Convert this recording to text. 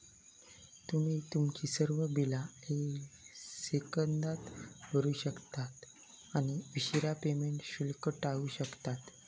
तुम्ही तुमची सर्व बिला सेकंदात भरू शकता आणि उशीरा पेमेंट शुल्क टाळू शकता